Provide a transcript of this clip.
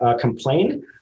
complain